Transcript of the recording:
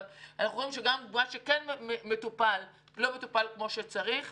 אנחנו רואים שגם מה שכן מטופל לא מטופל כפי שצריך.